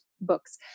books